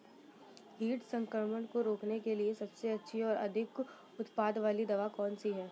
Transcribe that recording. कीट संक्रमण को रोकने के लिए सबसे अच्छी और अधिक उत्पाद वाली दवा कौन सी है?